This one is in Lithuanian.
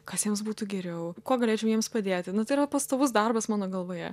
kas jiems būtų geriau kuo galėčiau jiems padėti tai yra pastovus darbas mano galvoje